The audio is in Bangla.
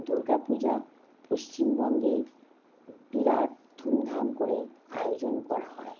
দুর্গা পূজা পশ্চিমবঙ্গে বিরাট ধুমধাম করে আয়োজন করা হয়